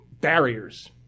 barriers